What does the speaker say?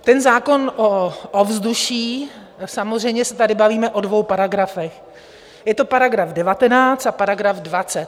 Ten zákon o ovzduší, samozřejmě se tady bavíme o dvou paragrafech, je to § 19 a § 20.